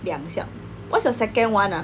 两项 what's your second one ah